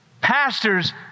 Pastors